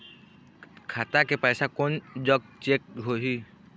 खाता के पैसा कोन जग चेक होही?